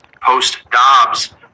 post-Dobbs